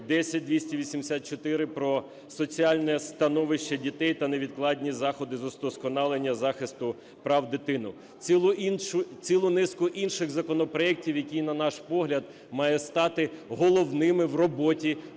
10284 про соціальне становище дітей та невідкладні заходи з удосконалення захисту прав дитини. Цілу низку інших законопроектів, які, на наш погляд, мають стати головними в роботі